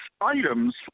items